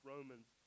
Romans